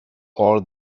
all